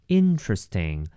interesting